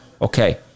okay